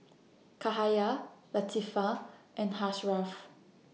Cahaya Latifa and Ashraff